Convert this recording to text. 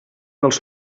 dels